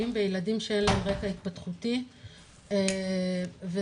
מנהלת השתלמויות מבית יעקב.